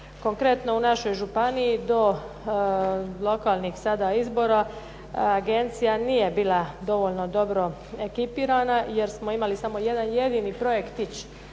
Konkretno u našoj županiji do lokalnih sada izbora, agencija nije bila dovoljno dobro ekipirana, jer smo imali samo jedan projektić